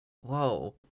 Whoa